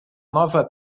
nova